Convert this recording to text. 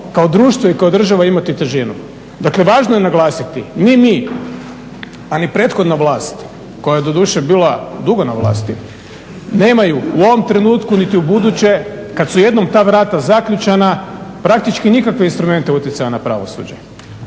kao društvo i kao država imati težinu. Dakle, važno je naglasiti ni mi, a ni prethodna vlast koja je doduše bila dugo na vlasti nemaju u ovom trenutku niti u buduće kad su jednom ta vrata zaključana praktički nikakve instrumente utjecaja na pravosuđe.